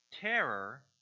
terror